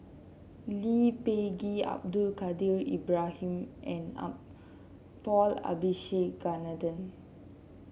Lee Peh Gee Abdul Kadir Ibrahim and Paul Abisheganaden